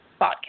podcast